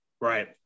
Right